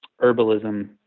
herbalism